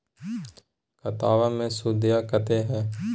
खतबा मे सुदीया कते हय?